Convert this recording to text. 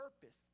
purpose